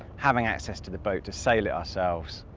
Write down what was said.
having access to the boat to sail it ourselves,